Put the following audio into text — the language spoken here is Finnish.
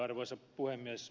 arvoisa puhemies